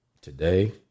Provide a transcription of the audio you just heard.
Today